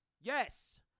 Yes